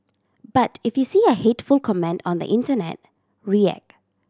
but if you see a hateful comment on the internet react